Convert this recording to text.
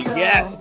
yes